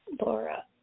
Laura